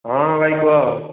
ହଁ ଭାଇ କୁହ